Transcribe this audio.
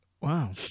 Wow